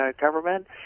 government